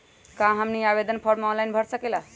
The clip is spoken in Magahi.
क्या हमनी आवेदन फॉर्म ऑनलाइन भर सकेला?